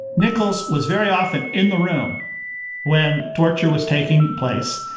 nichols was very often in the room when torture was taking place.